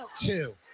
Two